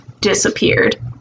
disappeared